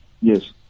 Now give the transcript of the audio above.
Yes